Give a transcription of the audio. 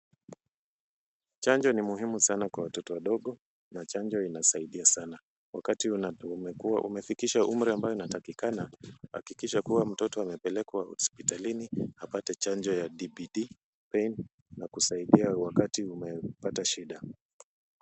Chanjo ni muhimu sana kwa watoto wadogo na chanjo inasaidia sana. Wakati umefikisha umri ambao unatakikana, hakikisha kuwa mtoto amepelekwa hospitalini, apate chanjo ya DBD pain na kusaidia wakati umepata shida.